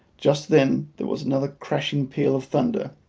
just then there was another crashing peal of thunder,